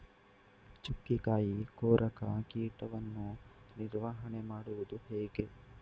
ಚುಕ್ಕಿಕಾಯಿ ಕೊರಕ ಕೀಟವನ್ನು ನಿವಾರಣೆ ಮಾಡುವುದು ಹೇಗೆ?